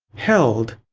held,